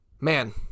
Man